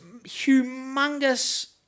humongous